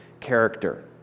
character